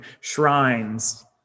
shrines